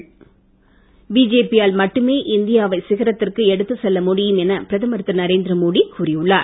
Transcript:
மோடி பிஜேபியால் மட்டுமே இந்தியாவை சிகரத்திற்கு எடுத்துச் செல்ல முடியும் என பிரதமர் திரு நரேந்திரமோடி கூறி உள்ளார்